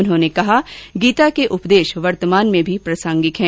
उन्होंने कहा कि गीता के उपदेश वर्तमान में भी प्रासंगिक है